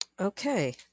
Okay